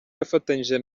yafatanije